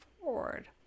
forward